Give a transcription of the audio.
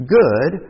good